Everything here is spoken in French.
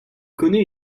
connaît